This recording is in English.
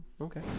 okay